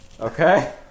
Okay